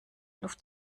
luft